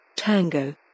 Tango